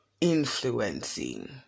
influencing